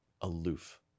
Aloof